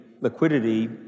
liquidity